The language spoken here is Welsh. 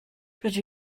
rydw